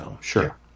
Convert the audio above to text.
Sure